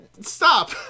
Stop